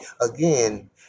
again